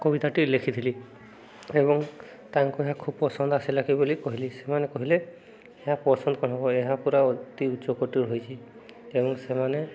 କବିତାଟି ଲେଖିଥିଲି ଏବଂ ତାଙ୍କୁ ଏହା ଖୁବ ପସନ୍ଦ ଆସିଲା ବୋଲି କହିଲି ସେମାନେ କହିଲେ ଏହା ପସନ୍ଦ କ'ଣ ହବ ଏହା ପୁରା ଅତି ଉଚ୍ଚକୋଟୀ ରହିଛି ଏବଂ ସେମାନେ